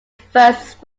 first